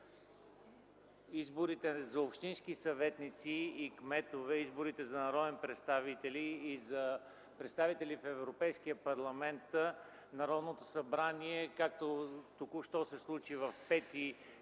Изборите за общински съветници и кметове, изборите за народни представители и за представители в Европейския парламент, както току-що се случи в